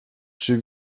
czy